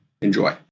enjoy